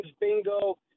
bingo